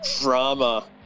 drama